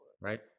right